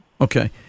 Okay